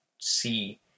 see